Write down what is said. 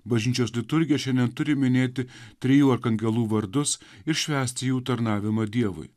bažnyčios liturgija šiandien turi minėti trijų arkangelų vardus ir švęsti jų tarnavimą dievui